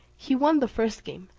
he won the first game,